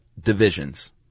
divisions